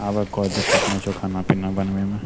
आबे कोइ दिक्कत नहि छौ खाना पीना बनबैमे